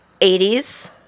80s